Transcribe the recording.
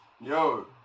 yo